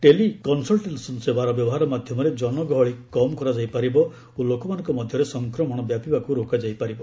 ଟେଲି consultation ସେବାର ବ୍ୟବହାର ମାଧ୍ୟମରେ ଜନଗହଳି କମ୍ କରାଯାଇପାରିବ ଓ ଲୋକମାନଙ୍କ ମଧ୍ୟରେ ସଂକ୍ରମଣ ବ୍ୟାପିବାକୁ ରୋକାଯାଇ ପାରିବ